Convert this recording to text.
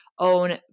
own